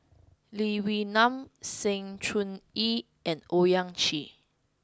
Lee Wee Nam Sng Choon Yee and Owyang Chi